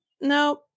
No